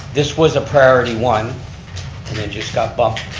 this was a priority one and then just got bumped